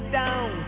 down